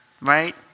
right